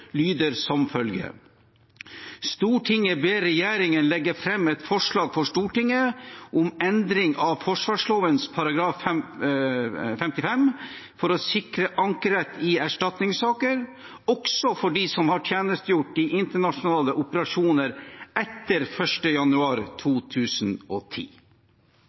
lyder som følger: «Stortinget ber regjeringen legge frem et forslag for Stortinget om endring av forsvarsloven § 55 for å sikre ankerett i erstatningssaker også for de som har tjenestegjort i internasjonale operasjoner etter 1. januar 2010.»